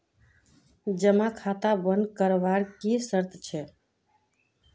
जमा खाता बन करवार की शर्त छे?